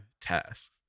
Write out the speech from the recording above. tasks